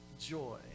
joy